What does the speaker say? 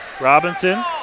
Robinson